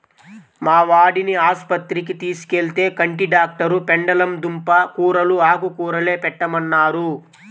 మా వాడిని ఆస్పత్రికి తీసుకెళ్తే, కంటి డాక్టరు పెండలం దుంప కూరలూ, ఆకుకూరలే పెట్టమన్నారు